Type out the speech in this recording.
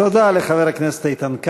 תודה לחבר הכנסת איתן כבל.